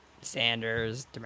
Sanders